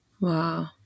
Wow